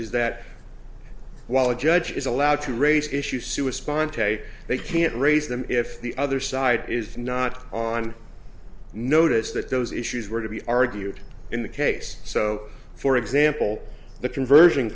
is that while a judge is allowed to race issue sue a spontaneous they can't raise them if the other side is not on notice that those issues were to be argued in the case so for example the conversion